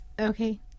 okay